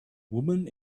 woman